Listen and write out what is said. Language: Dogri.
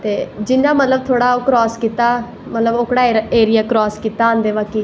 ते जियां मतलव थोह्ड़ा क्रास कीता मतलव ओह्कड़ा एरिया क्रास कीता औंदे बाकी